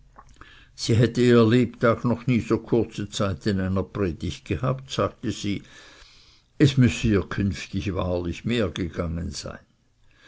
sie hätte ihr lebstag noch nie so kurze zeit in einer predigt gehabt sagte sie es müsse ihr künftig wahrhaftlich mehr gegangen sein